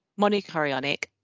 Monochorionic